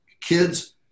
Kids